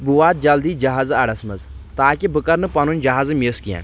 بہٕ واتہٕ جلدی جہازٕ اڈس منٛز تاکہِ بہٕ کر نہٕ پنُن جہازٕ مِس کینٛہہ